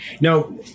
Now